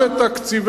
גם את תקציבי,